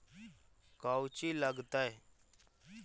कौची लगतय?